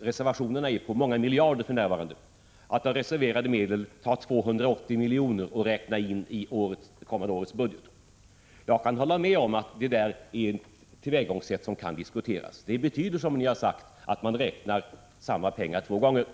reservationerna omfattar för närvarande många miljarder — tar 280 miljoner och räknar in dem i det kommande årets budget. Jag kan hålla med om att detta är ett tillvägagångssätt som kan diskuteras. Det betyder, som det har sagts här, att man räknar samma pengar två gånger.